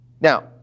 now